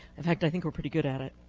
in fact, i think we're pretty good at it.